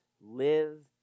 live